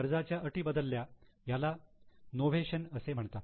कर्जाच्या अटी बदल्या याला इनोव्हेशन असे म्हणतात